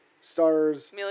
Stars